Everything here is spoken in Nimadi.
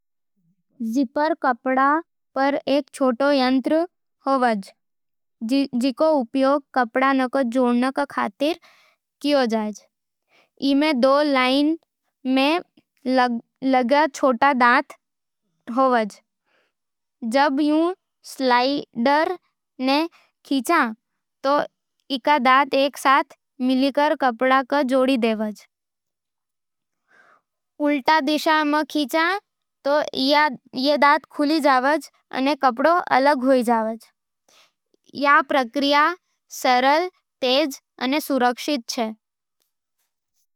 जिपर कपड़े पर एक छोटो यंत्र होवज़ जिको उपयोग कपड़ा ने जोड़ण खातर होवे। ई में दो लाइन में लगे छोटे दांत होवे। जब थूं स्लाइडर ने खींचो, तो ई दांत एक साथ मिलके कपड़ा ने जोड़ देवे। उल्टा दिशा में खींचण से ई दांत खुल जावे अने कपड़ा अलग हो जावे है। ई प्रक्रिया सरल, तेज अने सुरक्षित छे।